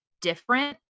different